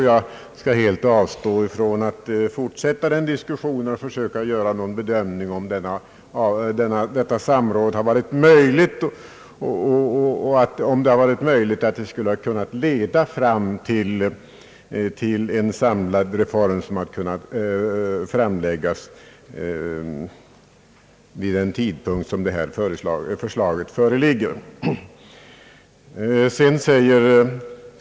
Jag skall helt avstå från att fortsätta den debatten och från att söka göra någon bedömning av om ett samråd varit möjligt och i så fall kunnat leda fram till en samlad reform, presenterad vid den tidpunkt då det här förslaget lades fram.